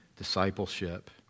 discipleship